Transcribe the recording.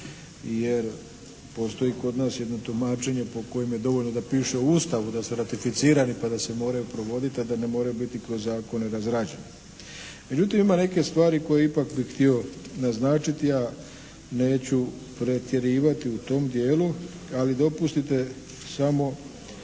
jer postoji kod nas jedno tumačenje po kojem je dovoljno da piše u Ustavu da su ratificirani pa da se moraju provoditi a da ne moraju biti kroz zakone razrađeni. Međutim, ima neke stvari koje ipak bih htio naznačiti, ja neću pretjerivati u tom dijelu ali dopustite samo